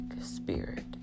spirit